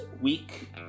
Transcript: week